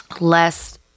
less